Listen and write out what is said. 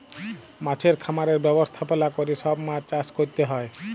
মাছের খামারের ব্যবস্থাপলা ক্যরে সব মাছ চাষ ক্যরতে হ্যয়